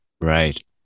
Right